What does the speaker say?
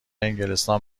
انگلستان